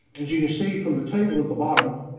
as you can see from the table at the bottom,